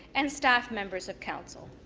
and staff members of council.